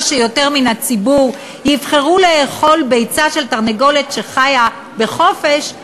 שיותר מן הציבור יבחרו לאכול ביצה של תרנגולת שחיה בחופש,